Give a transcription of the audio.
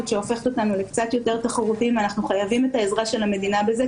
שהופכת אותנו לקצת יותר תחרותיים ואנחנו חייבים את העזרה של המדינה בזה,